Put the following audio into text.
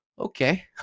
okay